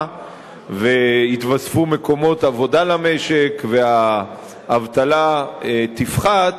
ויתווספו מקומות עבודה למשק והאבטלה תפחת,